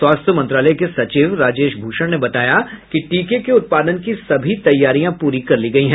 स्वास्थ्य मंत्रालय के सचिव राजेश भूषण ने बताया कि टीके के उत्पादन की सभी तैयारियां पूरी कर ली गई है